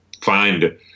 find